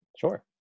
Sure